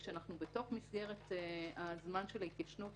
כשאנחנו בתוך מסגרת הזמן של ההתיישנות,